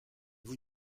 vous